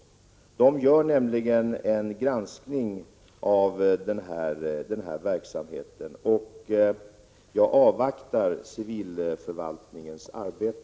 Civilförvaltningen gör nämligen en granskning av den här verksamheten, och jag avvaktar resultatet av det arbetet.